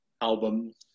Albums